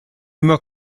immer